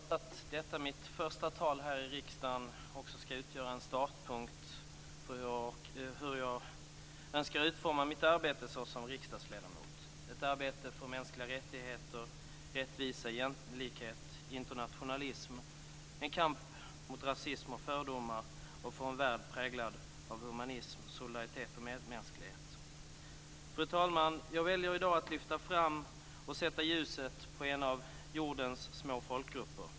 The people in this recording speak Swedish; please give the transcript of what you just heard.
Fru talman! Jag hoppas att detta mitt första tal här i riksdagen också skall utgöra en startpunkt för hur jag önskar utforma mitt arbete såsom riksdagsledamot - ett arbete för mänskliga rättigheter, rättvisa, jämlikhet och internationalism och kamp mot rasism och fördomar och för en värld präglad av humanism, solidaritet och medmänsklighet. Fru talman! Jag väljer i dag att lyfta fram och sätta ljuset på en av jordens små folkgrupper.